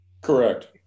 Correct